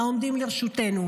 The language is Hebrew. העומדים לרשותנו,